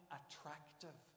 attractive